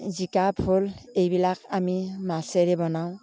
জিকা ভোল এইবিলাক আমি মাছেৰে বনাওঁ